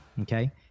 Okay